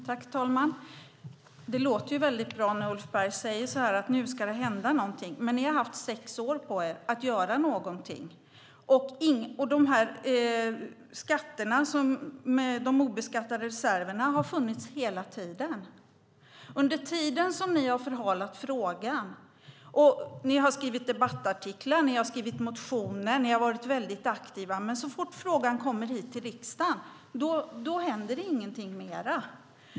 Herr talman! Det låter väldigt bra när Ulf Berg säger att det nu ska hända någonting, men ni har haft sex år på er att göra någonting. De obeskattade reserverna har funnits under hela den tid ni har förhalat frågan. Ni har skrivit debattartiklar, och ni har skrivit motioner. Ni har varit väldigt aktiva, men så fort frågan kommer hit till riksdagen händer ingenting mer.